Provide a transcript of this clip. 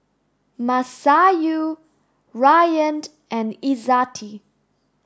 Masayu Ryan and Izzati